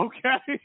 Okay